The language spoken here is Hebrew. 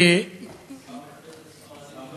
זה ספרדי טהור.